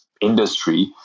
industry